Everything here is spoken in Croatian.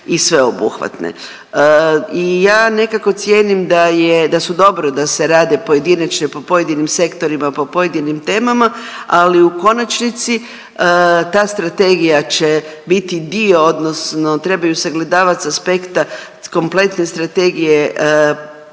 i ja nekako cijenim da su dobro da se rade pojedinačne po pojedinim sektorima, po pojedinim temama. Ali u konačnici ta strategija će biti dio odnosno trebaju sagledavat sa aspekta kompletne strategije prometnog